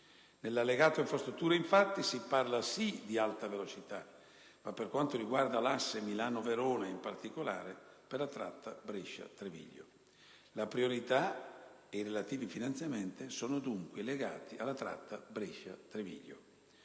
Nell'Allegato infrastrutture, infatti, si parla sì di Alta velocità ma per quanto riguarda l'asse Milano-Verona e, in particolare, per la tratta Brescia-Treviglio. La priorità, e relativi finanziamenti, sono dunque legati alla tratta Brescia-Treviglio.